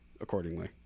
accordingly